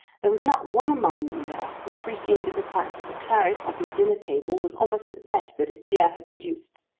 there was not one among them there who appreciated the fact that the claret on his dinner table was almost the best that its year had produced.